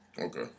Okay